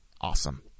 Awesome